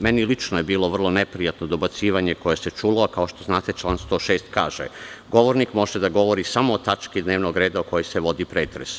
Meni lično je bilo vrlo neprijatno dobacivanje koje se čulo, a, kao što znate, član 106. kaže: "Govornik može da govori samo o tački dnevnog reda o kojoj se vodi pretres"